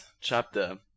chapter